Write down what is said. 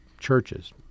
churches